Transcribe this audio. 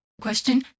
Question